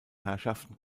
herrschaften